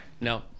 No